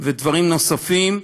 ודברים נוספים,